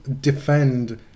defend